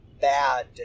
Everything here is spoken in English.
bad